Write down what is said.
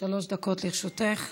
שלוש דקות לרשותך.